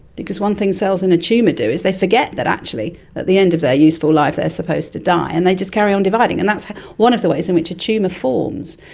because one thing cells in a tumour do is they forget that actually at the end of their useful life they are supposed to die and they just carry on dividing, and that's one of the ways in which a tumour forms.